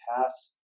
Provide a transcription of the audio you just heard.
past